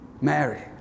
Mary